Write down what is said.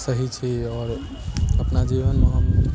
सही छी आओर अपना जीवनमे हम